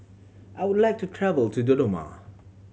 I would like to travel to Dodoma